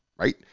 right